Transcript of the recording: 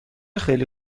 خیلی